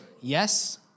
yes